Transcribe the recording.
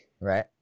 right